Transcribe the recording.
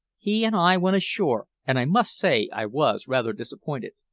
he and i went ashore, and i must say i was rather disappointed.